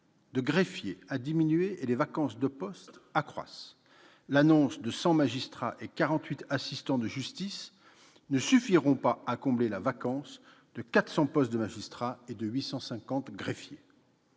de greffiers a diminué et les vacances de postes s'accroissent : l'annonce de 100 magistrats et de 48 assistants de justice ne suffira pas à combler la vacance de 400 postes de magistrat et de 850 postes